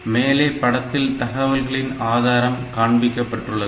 மேலே படத்தில் தகவல்களின் ஆதாரம் காண்பிக்கப்பட்டுள்ளது